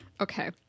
Okay